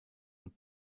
und